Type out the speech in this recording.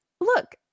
look